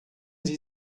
sie